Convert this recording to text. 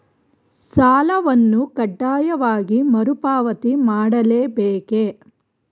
ಸಾಲವನ್ನು ಕಡ್ಡಾಯವಾಗಿ ಮರುಪಾವತಿ ಮಾಡಲೇ ಬೇಕೇ?